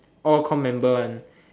all comm member one